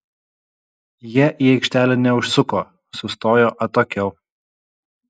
jie į aikštelę neužsuko sustojo atokiau